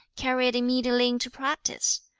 carry it immediately into practice.